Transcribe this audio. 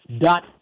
Dot